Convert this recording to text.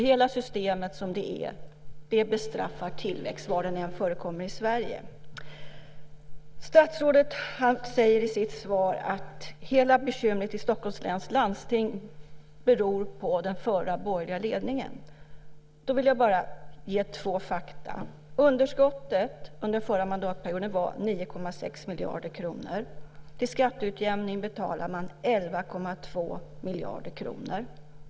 Hela systemet som det är bestraffar tillväxt var den än förekommer i Sverige. Statsrådet säger i sitt svar att hela bekymret i Stockholms läns landsting beror på den förra borgerliga ledningen. Då vill jag bara ge två fakta. Underskottet under den förra mandatperioden var 9,6 miljarder kronor. Till skatteutjämning betalar man 11,2 miljarder kronor.